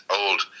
old